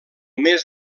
mes